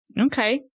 Okay